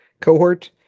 cohort